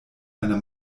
einer